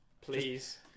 please